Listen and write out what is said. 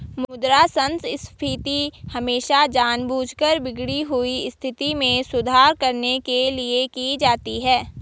मुद्रा संस्फीति हमेशा जानबूझकर बिगड़ी हुई स्थिति में सुधार करने के लिए की जाती है